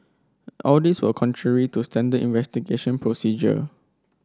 all these were contrary to standard investigation procedure